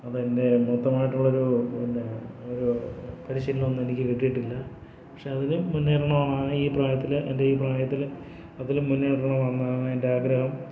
അതെൻ്റെ മൊത്തമായിട്ടുള്ള ഒരു പിന്നെ ഒരു പരിശീലനം ഒന്നും എനിക്ക് കിട്ടിയിട്ടില്ല പക്ഷേ അതിലും മുന്നേറണം എന്നാണ് ഈ പ്രായത്തിൽ എൻ്റെ ഈ പ്രായത്തിൽ അതിൽ മുന്നേറണമെന്നാണ് എൻ്റെ ആഗ്രഹം